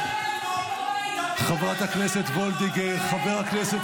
--- חבר הכנסת